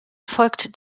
folgt